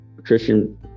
Christian